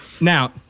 Now